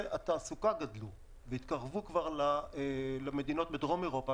התעסוקה גדלו והתקרבו לפערים בדרום אמריקה,